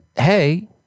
Hey